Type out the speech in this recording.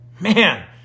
Man